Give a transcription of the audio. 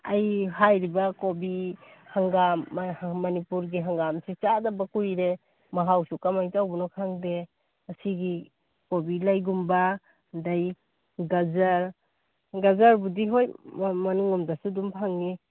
ꯑꯩ ꯍꯥꯏꯔꯤꯕ ꯀꯣꯕꯤ ꯍꯪꯒꯥꯝ ꯃꯅꯤꯄꯨꯔꯒꯤ ꯍꯪꯒꯥꯝꯁꯤ ꯆꯥꯗꯕ ꯀꯨꯏꯔꯦ ꯃꯍꯥꯎꯁꯨ ꯀꯃꯥꯏꯅ ꯇꯧꯕꯅꯣ ꯈꯪꯗꯦ ꯑꯁꯤꯒꯤ ꯀꯣꯕꯤ ꯂꯩꯒꯨꯝꯕ ꯑꯗꯨꯗꯒꯤ ꯒꯥꯖꯔ ꯒꯥꯖꯔꯕꯨꯗꯤ ꯍꯣꯏ ꯃꯅꯨꯡ ꯂꯣꯝꯗꯁꯨ ꯑꯗꯨꯝ ꯐꯪꯏ